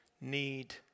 need